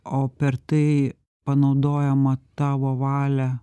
o per tai panaudojama tavo valią